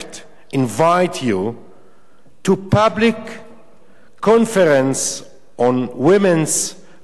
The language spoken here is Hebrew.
invite you to public conference on women's rights